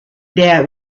der